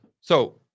So-